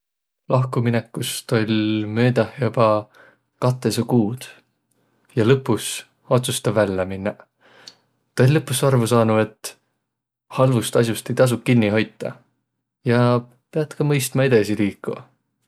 Lahkuminekust oll' möödäh joba katõsa kuud ja lõpus otsust' tä vällä minnäq. Tä oll' lõpus arvo saanuq, et halvust as'ost ei tasuq kinniq hoitaq ja piät ka mõistma edesi liikuq.